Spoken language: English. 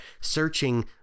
searching